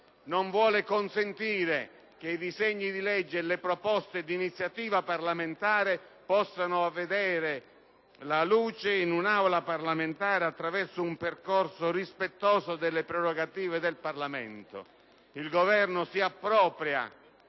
non volere consentire che i disegni di legge e le proposte di iniziativa parlamentare possano vedere la luce in un'Aula parlamentare, attraverso un percorso rispettoso delle prerogative del Parlamento. Il Governo si appropria